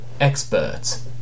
experts